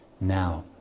Now